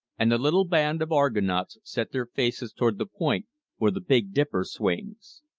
and the little band of argonauts set their faces toward the point where the big dipper swings.